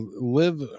live